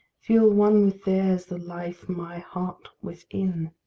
feel one with theirs the life my heart within.